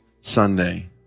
Sunday